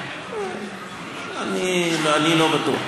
אני לא בטוח.